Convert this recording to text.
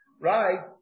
right